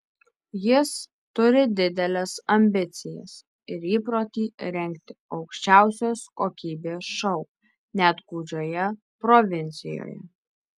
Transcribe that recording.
jis turi dideles ambicijas ir įprotį rengti aukščiausios kokybės šou net gūdžioje provincijoje